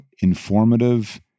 informative